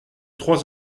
trois